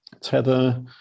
Tether